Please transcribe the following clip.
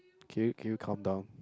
can you can you calm down